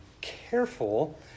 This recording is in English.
careful